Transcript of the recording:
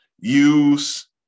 use